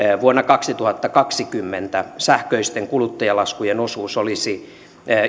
vuonna kaksituhattakaksikymmentä sähköisten kuluttajalaskujen osuus olisi